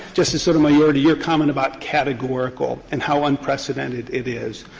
justice sotomayor, to your comment about categorical and how unprecedented it is,